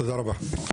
תודה רבה.